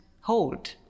hold